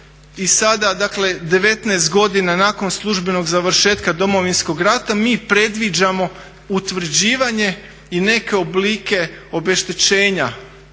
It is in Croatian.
i sada, dakle 19 godina nakon službenog završetka Domovinskog rata mi predviđamo utvrđivanje i neke oblike obeštećenja